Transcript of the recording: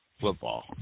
football